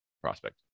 prospect